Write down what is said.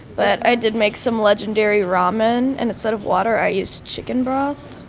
but i did make some legendary ramen. and instead of water, i used chicken broth.